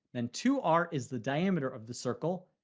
then two r is the diameter of the circle,